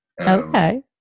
Okay